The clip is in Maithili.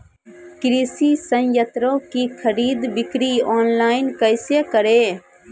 कृषि संयंत्रों की खरीद बिक्री ऑनलाइन कैसे करे?